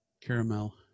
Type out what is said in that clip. caramel